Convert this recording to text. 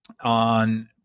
on